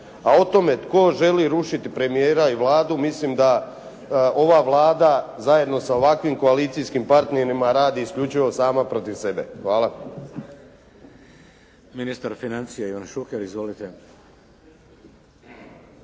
A o tome tko želi rušiti premijera i Vladu mislim da ova Vlada zajedno sa ovakvim koalicijskim partnerima radi isključivo sama protiv sebe. Hvala.